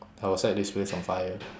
I will set this place on fire